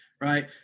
right